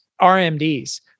RMDs